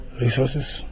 resources